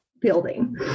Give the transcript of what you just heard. building